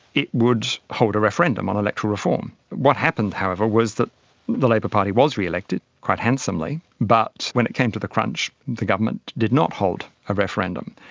it would hold a referendum on electoral reform. what happened however was that the labour party was re-elected, quite handsomely, but when it came to the crunch the government did not hold a referendum,